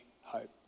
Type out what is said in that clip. hope